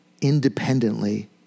independently